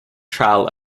trail